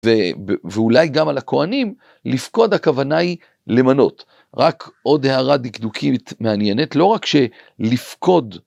ואולי גם על הכהנים, לפקוד הכוונה היא למנות. רק עוד הערה דקדוקית מעניינת לא רק שלפקוד.